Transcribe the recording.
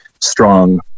strong